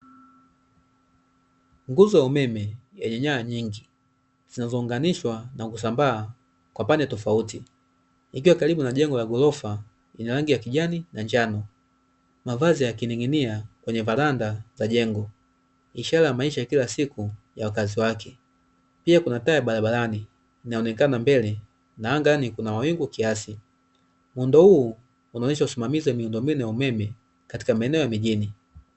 Nguzo ya umeme yenye nyanya nyingi zinazounganishwa na kusambaa kwa pande tofauti, ikiwa karibu na jengo la ghorofa lina rangi ya kijani na njano, mavazi yakining'inia kwenye varanda za jengo, ishara ya maisha ya kila siku ya wakazi wake. Pia kuna taa ya barabarani inaonekana mbele na angani kuna wingu kiasi. Muundo huu unaonyesha usimamizi wa miundombinu ya umeme katika maeneo ya mijini.